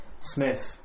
Smith